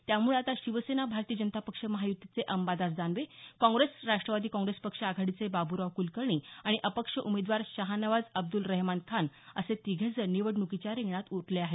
त्यामुळं आता शिवसेना भारतीय जनता पक्ष महायुतीचे अंबादास दानवे काँग्रेस राष्ट्रवादी काँग्रेस पक्ष आघाडीचे बाबूराव कुलकर्णी आणि अपक्ष उमेदवार शहानवाज अब्द्ल रहेमान खान असे तिघेजण निवडणुकीच्या रिंगणात उरले आहेत